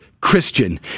Christian